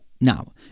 Now